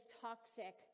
toxic